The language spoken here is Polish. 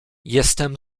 jestem